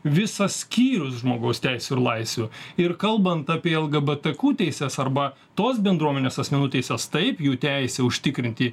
visas skyrius žmogaus teisių ir laisvių ir kalbant apie lgbtq teises arba tos bendruomenės asmenų teises taip jų teisę užtikrinti